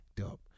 up